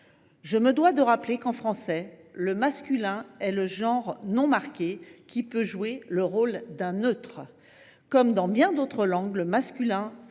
Je me dois de rappeler qu’en français le masculin est le genre non marqué qui peut jouer le rôle d’un neutre. Comme dans bien d’autres langues, le masculin